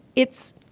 it's